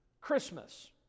Christmas